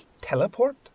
Teleport